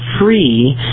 free